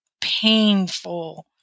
painful